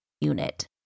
unit